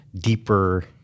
deeper –